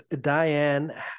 Diane